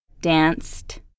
Danced